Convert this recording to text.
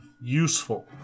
useful